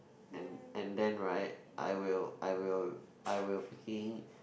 and and then right I will I will I will freaking